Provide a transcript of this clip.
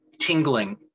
tingling